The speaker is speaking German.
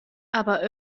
aber